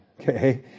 okay